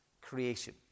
creation